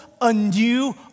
anew